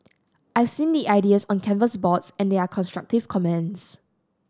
I seen the ideas on the canvas boards and there are constructive comments